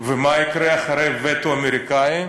ומה יקרה אחרי הווטו האמריקני?